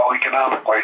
economically